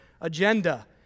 agenda